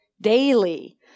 Daily